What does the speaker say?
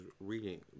reading